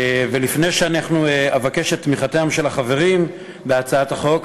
לפני שנבקש את תמיכתם של החברים בהצעת החוק,